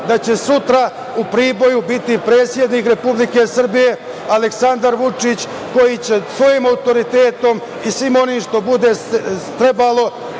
da će sutra u Priboju biti predsednik Republike Srbije, Aleksandar Vučić koji će svojim autoritetom i svim onim što bude trebalo